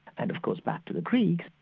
and of course back to the greek,